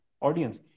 audience